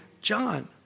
John